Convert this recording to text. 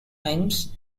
hymns